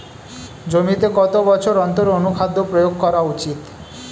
জমিতে কত বছর অন্তর অনুখাদ্য প্রয়োগ করা উচিৎ?